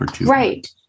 Right